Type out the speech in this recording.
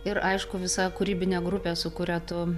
ir aišku visa kūrybinė grupė su kuria tu